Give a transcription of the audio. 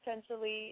potentially